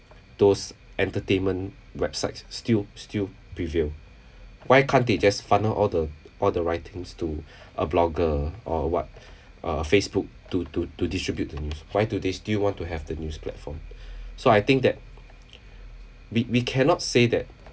those entertainment websites still still prevail why can't they just funnel all the all the writings to a blogger or a what uh Facebook to to to distribute the news why do they still want to have the news platform so I think that we we cannot say that